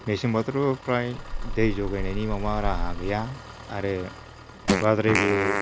मेसें बोथोरावबो फ्राय दै ज'गायनायनि माबा राहा गैया आरो बाराद्रायबो